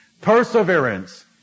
Perseverance